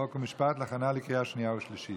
חוק ומשפט להכנה לקריאה שנייה ושלישית.